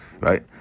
right